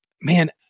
man